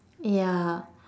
ya